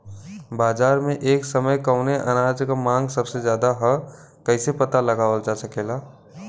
बाजार में एक समय कवने अनाज क मांग सबसे ज्यादा ह कइसे पता लगावल जा सकेला?